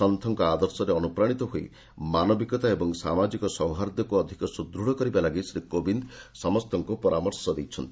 ସନ୍ଥଙ୍କ ଆଦର୍ଶରେ ଅନୁପ୍ରାଣିତ ହୋଇ ମାନବିକତା ଏବଂ ସାମାଜିକ ସୌହାର୍ଦ୍ଦ୍ୟକୁ ଅଧିକ ସୁଦୃଢ଼ କରିବା ଲାଗି ଶ୍ରୀ କୋବିନ୍ଦ ସମସ୍ତଙ୍କୁ ପରାମର୍ଶ ଦେଇଛନ୍ତି